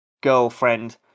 girlfriend